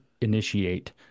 initiate